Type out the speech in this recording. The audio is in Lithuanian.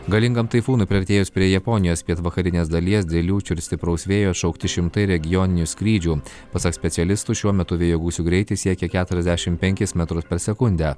galingam taifūnui priartėjus prie japonijos pietvakarinės dalies dėl liūčių ir stipraus vėjo šaukti šimtai regioninių skrydžių pasak specialistų šiuo metu vėjo gūsių greitis siekia keturiasdešimt penkis metrus per sekundę